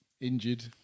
injured